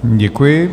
Děkuji.